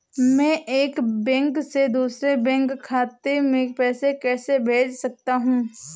मैं एक बैंक से दूसरे बैंक खाते में पैसे कैसे भेज सकता हूँ?